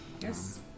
Yes